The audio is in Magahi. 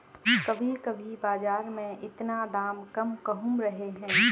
कभी कभी बाजार में इतना दाम कम कहुम रहे है?